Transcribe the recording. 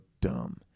dumb